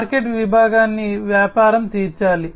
market విభాగాన్ని వ్యాపారం తీర్చాలి